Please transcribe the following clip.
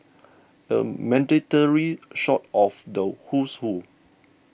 a mandatory shot of the who's who